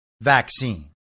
vaccine